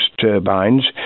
turbines